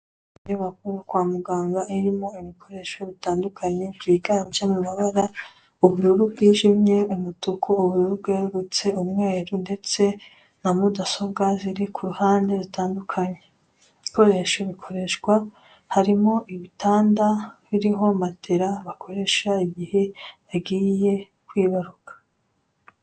Inyubako yo kwa muganga irimo ibikoresho bitandukanye byiganje mu mabara: ubururu bwijimye, umutuku, ubururu bwererutse, umweru ndetse na mudasobwa ziri ku ruhande zitandukanye. Ibikoresho bikoreshwa harimo ibitanda biriho matela bakoresha igihe yagiye kwibaruka.